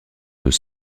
deux